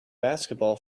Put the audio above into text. basketball